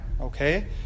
Okay